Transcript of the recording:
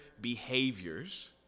behaviors